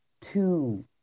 two